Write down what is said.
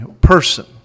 person